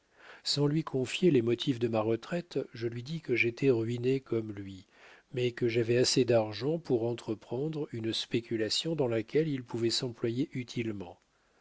sans lui confier les motifs de ma retraite je lui dis que j'étais ruiné comme lui mais que j'avais assez d'argent pour entreprendre une spéculation dans laquelle il pouvait s'employer utilement